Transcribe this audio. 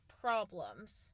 problems